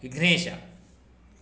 विघ्नेशः